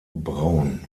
braun